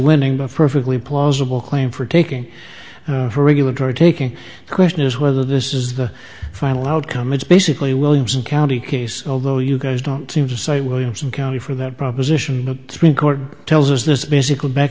winning but perfectly plausible claim for taking the regulatory taking question is whether this is the final outcome it's basically williamson county case although you guys don't seem to say williamson county for that proposition three court tells us this basically back